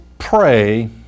pray